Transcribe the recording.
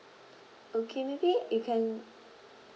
okay maybe you can